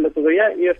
lietuvoje ir